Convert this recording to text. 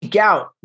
out